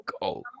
go